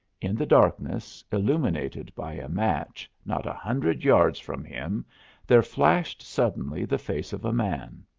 in the darkness, illuminated by a match, not a hundred yards from him there flashed suddenly the face of a man.